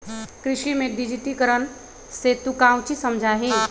कृषि में डिजिटिकरण से तू काउची समझा हीं?